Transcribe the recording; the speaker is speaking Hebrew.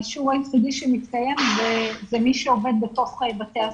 האישור היחיד שמתקיים זה מי שעובד בתוך בתי הספר,